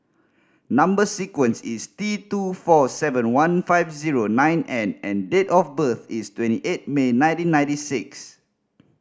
number sequence is T two four seven one five zero nine N and date of birth is twenty eight May nineteen ninety six